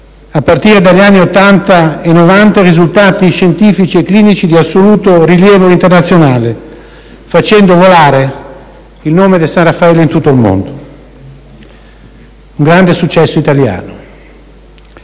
a partire dagli anni Ottanta e Novanta risultati scientifici e clinici di assoluto rilievo internazionale, facendo «volare» il nome del San Raffaele in tutto il mondo. Un grande successo italiano.